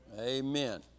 Amen